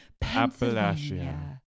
Pennsylvania